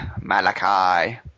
Malachi